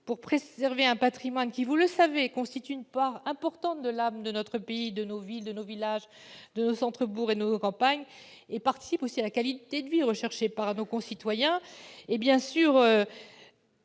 pour préserver un patrimoine qui, vous le savez, constitue une part importante de l'âme de notre pays, de nos villes, de nos villages, de nos centres-bourgs et de nos campagnes, et qui participe à la qualité de vie recherchée par nos concitoyens. Ce